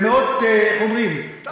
אתה מאשים,